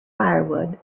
firewood